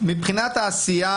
מבחינת העשייה,